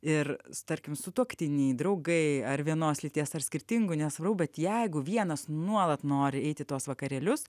ir tarkim sutuoktiniai draugai ar vienos lyties ar skirtingų nesvarbu bet jeigu vienas nuolat nori eit į tuos vakarėlius